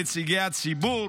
נציגי הציבור,